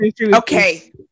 Okay